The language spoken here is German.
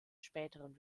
späteren